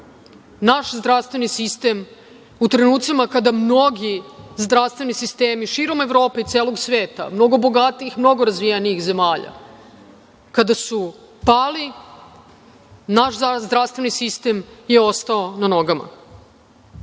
Naš zdravstveni sistem u trenucima kada mnogi zdravstveni sistem širom Evrope i celog sveta, mnogo bogatijih i mnogo razvijenih zemalja kada su pali, naš zdravstveni sistem je ostao na